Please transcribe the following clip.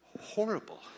horrible